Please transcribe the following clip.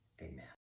amen